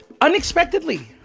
unexpectedly